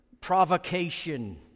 provocation